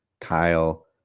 Kyle